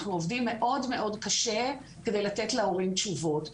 אנחנו עובדים מאוד מאוד קשה כדי לתת להורים תשובות.